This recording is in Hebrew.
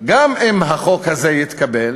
גם אם החוק הזה יתקבל,